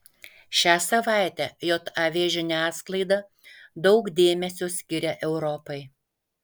šią savaitę jav žiniasklaida daug dėmesio skiria europai